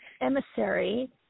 emissary